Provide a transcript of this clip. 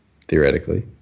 theoretically